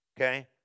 okay